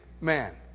man